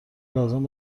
لازم